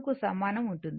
కు సమానం ఉంటుంది